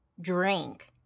drink